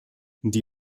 die